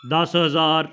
ਦਸ ਹਜ਼ਾਰ